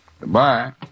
Goodbye